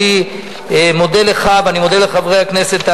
חברי הכנסת,